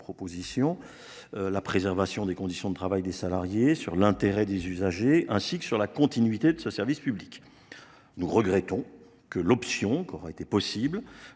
la préservation des conditions de travail des salariés, de l’intérêt des usagers ou de la continuité de service public. Nous regrettons que l’option possible,